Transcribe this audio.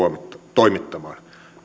toimittamaan